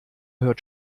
hört